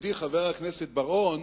ידידי חבר הכנסת בר-און,